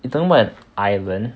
you talking about island